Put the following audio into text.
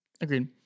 Agreed